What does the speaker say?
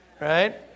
right